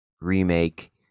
remake